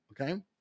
Okay